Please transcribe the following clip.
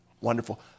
Wonderful